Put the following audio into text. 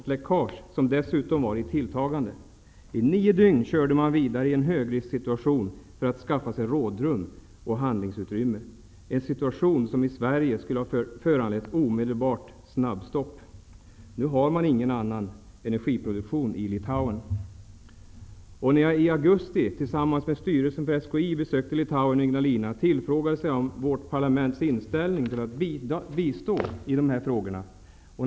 Ett läckage som dessutom var i tilltagande. I nio dygn körde man vidare i en högrisksituation för att skaffa sig rådrum och handlingsutrymme. Det var en situation som i Sverige skulle ha föranlett ett omedelbart snabbstopp. Nu har man ingen annan energiproduktion i Litauen. När jag i augusti tillsammans med styrelsen för SKI besökte Litauen och Ignalina tillfrågades jag om vårt parlaments inställning till att bistå i dessa frågor.